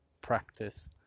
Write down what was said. practice